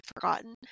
forgotten